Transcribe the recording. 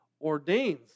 ordains